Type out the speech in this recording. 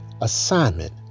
assignment